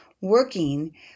working